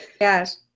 yes